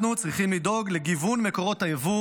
אנחנו צריכים לדאוג לגיוון מקורות היבוא